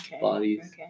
bodies